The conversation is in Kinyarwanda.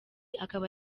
akaba